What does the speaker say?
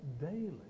daily